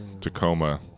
Tacoma